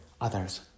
others